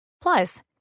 Plus